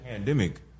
pandemic